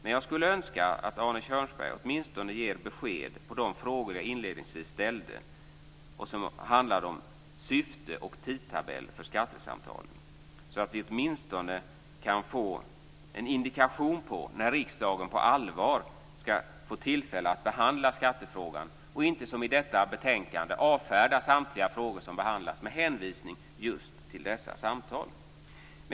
Men jag skulle önska att Arne Kjörnsberg åtminstone svarar på de frågor jag inledningsvis ställde som handlade om syfte och tidtabell för skattesamtalen, så att vi åtminstone kan få en indikation på när riksdagen på allvar skall få tillfälle att behandla skattefrågan så att man inte, som i detta betänkande, måste avfärda samtliga frågor som behandlas med hänvisning just till dessa samtal.